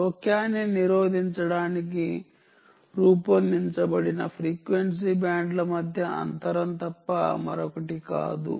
జోక్యాన్ని నిరోధించడానికి రూపొందించబడిన ఫ్రీక్వెన్సీ బ్యాండ్ల మధ్య అంతరం తప్ప మరొకటి కాదు